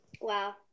Wow